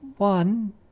One